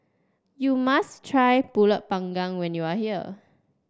you must try pulut Panggang when you are here